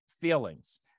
feelings